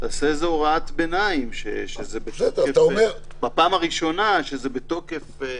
תעשה איזו הוראת ביניים בפעם הראשונה שזה בתוקף,